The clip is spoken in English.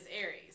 aries